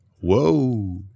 Whoa